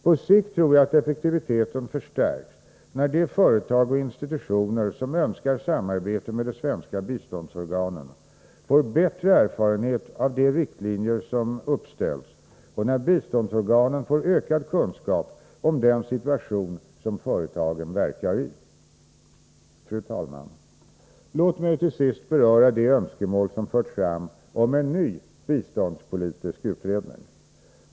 På sikt tror jag att effektiviteten förstärks när de företag och institutioner som önskar samarbeta med de svenska biståndsorganen får bättre erfarenhet av de riktlinjer som uppställts och när biståndsorganen får ökad kunskap om den situation som företagen verkar i. Fru talman! Låt mig till sist beröra de önskemål som förts fram om en ny biståndspolitisk utredning.